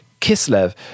Kislev